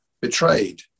betrayed